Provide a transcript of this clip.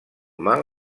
mal